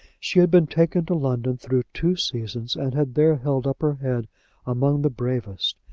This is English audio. she had been taken to london through two seasons, and had there held up her head among the bravest.